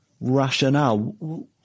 rationale